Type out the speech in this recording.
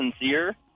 sincere